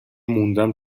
موندم